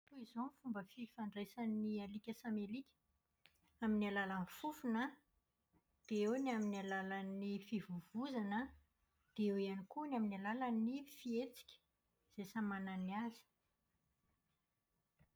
Toy izao ny fomba fifandraisan'ny alika samy alika. Amin'ny alalan'ny fofona, dia eo ny amin'ny alalan'ny fivovozana an, dia eo ihany koa ny amin'ny alalan'ny fihetsika izay samy manana ny azy.